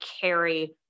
carry